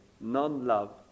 non-love